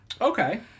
Okay